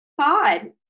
pod